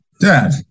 Dad